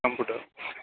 computer